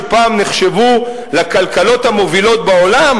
שפעם נחשבו לכלכלות המובילות בעולם?